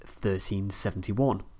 1371